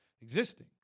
existing